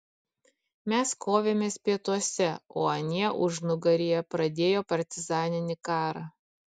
mes kovėmės pietuose o anie užnugaryje pradėjo partizaninį karą